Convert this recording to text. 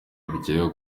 bikekwa